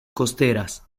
costeras